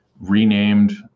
renamed